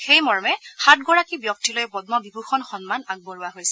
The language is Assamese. সেইমৰ্মে সাতগৰাকী ব্যক্তিলৈ পদ্ম বিভূষণ সন্মান আগবঢ়োৱা হৈছে